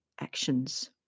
actions